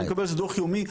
אני מקבל דוח יומי,